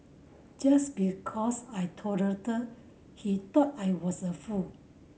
just because I tolerated he thought I was a fool